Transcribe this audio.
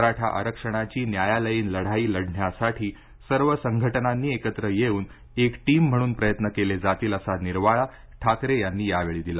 मराठा आरक्षणाची न्यायालयीन लढाई लढण्यासाठी सर्व संघटनांनी एकत्र येऊन एक टीम म्हणून प्रयत्न केले जातील असा निर्वाळा ठाकरे यांनी यावेळी दिला